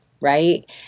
right